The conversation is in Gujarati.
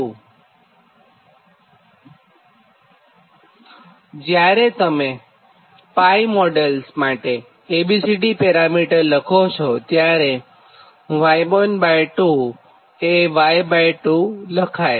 અને જ્યારે તમે 𝜋 મોડેલ માટે A B C D parameter લખોતો Y12 એ Y2 લખાય